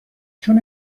چون